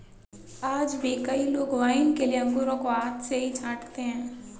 आज भी कई लोग वाइन के लिए अंगूरों को हाथ से ही छाँटते हैं